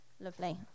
Lovely